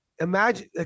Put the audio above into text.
imagine